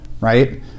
right